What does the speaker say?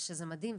שזה מדהים,